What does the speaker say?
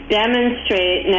demonstrate